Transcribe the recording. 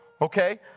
okay